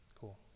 Cool